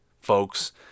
Folks